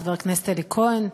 חבר הכנסת אלי כהן.